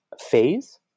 phase